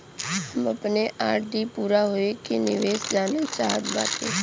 हम अपने आर.डी पूरा होवे के निर्देश जानल चाहत बाटी